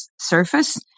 surface